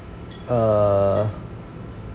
err